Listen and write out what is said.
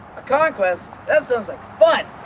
conquest? that sounds like fun!